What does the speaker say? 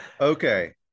Okay